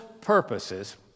purposes